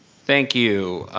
thank you,